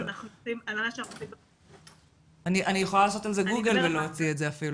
אני יכולה לעשות על זה גוגל ולהוציא את זה אפילו.